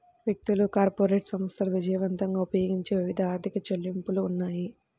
వ్యక్తులు, కార్పొరేట్ సంస్థలు విజయవంతంగా ఉపయోగించే వివిధ ఆర్థిక చెల్లింపులు ఉన్నాయి